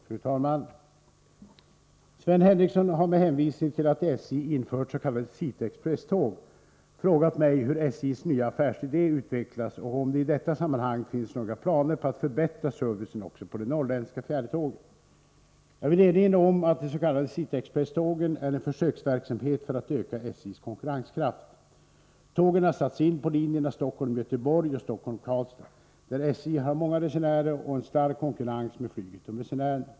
Fru talman! Sven Henricsson har med hänvisning till att SJ infört s.k. City-Expresståg frågat mig hur SJ:s nya affärsidé utvecklas och om det i detta sammanhang finns några planer på att förbättra servicen också på de norrländska fjärrtågen. Jag vill erinra om att de s.k. City-Expresstågen är en försöksverksamhet för att öka SJ:s konkurrenskraft. Tågen har satts in på linjerna Stockholm Göteborg och Stockholm-Karlstad, där SJ har många resenärer och en stark konkurrens med flyget om resenärerna.